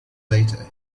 later